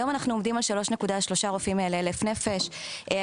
היום אנחנו עומדים על 3.3 רופאים לאלף נפש,